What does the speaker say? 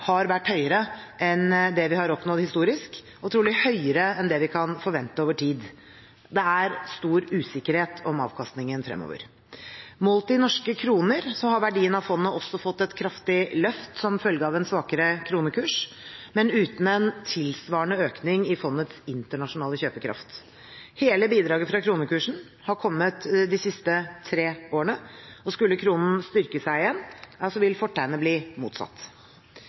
har vært høyere enn det vi har oppnådd historisk, og trolig høyere enn det vi kan forvente over tid. Det er stor usikkerhet om avkastningen fremover. Målt i norske kroner har verdien av fondet også fått et kraftig løft som følge av en svakere kronekurs, men uten en tilsvarende økning i fondets internasjonale kjøpekraft. Hele bidraget fra kronekursen har kommet de siste tre årene. Skulle kronen styrke seg igjen, vil fortegnet bli motsatt.